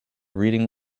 reading